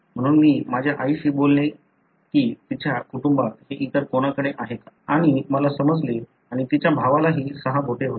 म्हणून मी माझ्या आईशी बोलेन की तिच्या कुटुंबात हे इतर कोणाकडे आहे का आणि मला समजले आणि तिच्या भावालाही सहा बोटे होती